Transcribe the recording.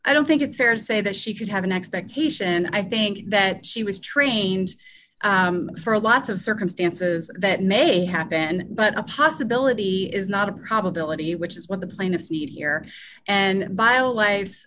i don't think it's fair to say that she should have an expectation i think that she was trained for a lot of circumstances that may have been but a possibility is not a probability which is what the plaintiffs need here and buy a life